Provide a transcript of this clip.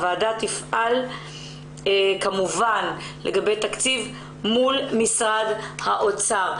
הוועדה תפעל לגבי תקציב מול משרד האוצר.